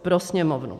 Pro Sněmovnu.